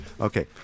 Okay